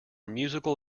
musical